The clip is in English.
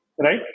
right